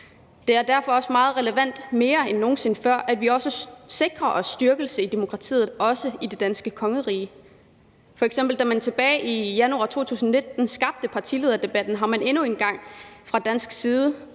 Det er derfor også meget relevant – mere end nogen sinde før – at vi også sikrer en styrkelse af demokratiet i det danske kongerige. Da man f.eks. tilbage i januar 2019 skabte partilederdebatten, glemte man endnu en gang fra dansk side,